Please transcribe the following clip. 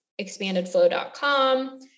expandedflow.com